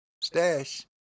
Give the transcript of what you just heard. stash